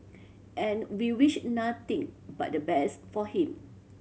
and we'll wish nothing but the best for him